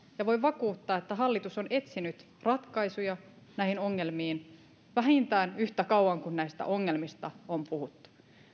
ja voin vakuuttaa että hallitus on etsinyt ratkaisuja näihin ongelmiin vähintään yhtä kauan kuin näistä ongelmista on puhuttu